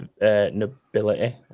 nobility